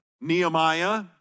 Nehemiah